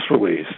release